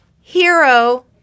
hero